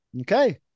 Okay